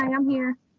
i'm here.